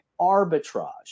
arbitrage